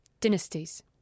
Dynasties